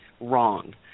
wrong